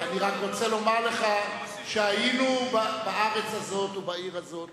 אני רק רוצה לומר לך שהיינו בארץ הזאת ובעיר הזאת